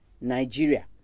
Nigeria